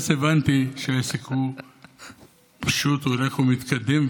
אז הבנתי שהעסק פשוט הולם ומתקדם,